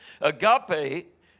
agape